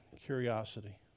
curiosity